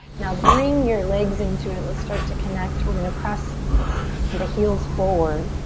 now bring your legs into it. let's start to connect. we're gonna press the heels forward,